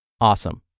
awesome